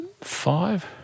Five